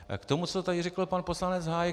K tomu, co tady řekl pan poslanec Hájek.